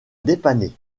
dépanner